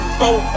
four